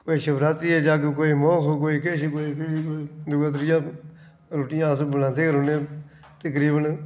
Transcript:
कोई शिवरात्रि दा जग्ग कोई मोख कोई किश कोई किश कोई दूआ त्रीया रुट्टियां अस बनांदे रौह्ने आं तकरीबन